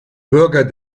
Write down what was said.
bürger